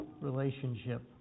relationship